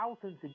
Thousands